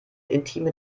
intime